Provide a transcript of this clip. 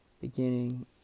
beginning